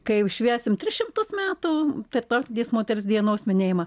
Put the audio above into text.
kai jau švęsim tris šimtus metų tarptautinės moters dienos minėjimą